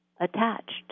attached